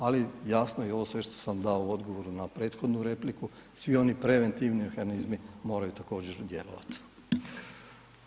Ali jasno je i ovo sve što sam dao u odgovoru na prethodnu repliku, svi oni preventivni mehanizmi moraju također djelovati.